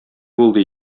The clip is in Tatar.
булды